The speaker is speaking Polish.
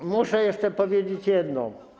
Ale muszę jeszcze powiedzieć jedno.